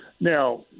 Now